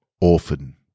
Orphan